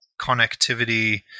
connectivity